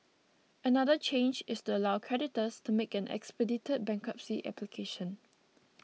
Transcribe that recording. another change is to allow creditors to make an expedited bankruptcy application